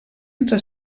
entre